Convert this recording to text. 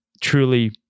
truly